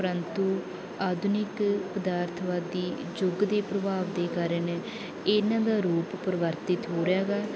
ਪਰੰਤੂ ਆਧੁਨਿਕ ਪਦਾਰਥਵਾਦੀ ਯੁੱਗ ਦੇ ਪ੍ਰਭਾਵ ਦੇ ਕਾਰਨ ਇਹਨਾਂ ਦਾ ਰੂਪ ਪਰਿਵਰਤਿਤ ਹੋ ਰਿਹਾ ਹੈਗਾ